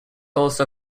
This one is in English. also